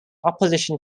opposition